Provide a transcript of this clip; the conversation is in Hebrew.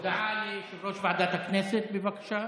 הודעה ליושב-ראש ועדת הכנסת, בבקשה.